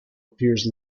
appears